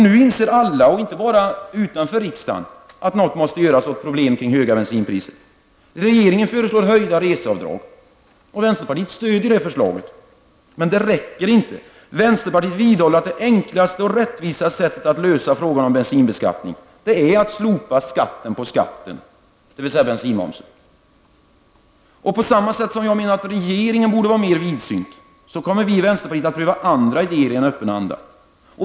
Nu inser alla, inte bara utanför riksdagen, att något måste göras åt problemen kring de höga bensinpriserna. Regeringen föreslår höjda reseavdrag. Vänsterpartiet stöder det förslaget, men det räcker inte. Vänsterpartiet vidhåller att det enklaste och rättvisaste sättet att lösa frågan om bensinbeskattningen är att slopa skatten på skatten, dvs. bensinmomsen. Och på samma sätt som jag menar att regeringen borde vara mer vidsynt så kommer vi i vänsterpartiet att pröva även andra idéer i en öppen anda.